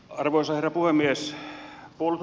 arvoisa herra puhemies